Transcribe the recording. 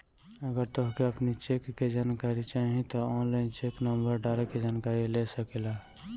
अगर तोहके अपनी चेक के जानकारी चाही तअ ऑनलाइन चेक नंबर डाल के जानकरी ले सकेला